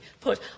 put